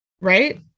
right